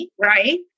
right